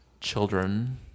Children